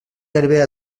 gairebé